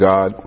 God